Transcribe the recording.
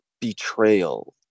betrayal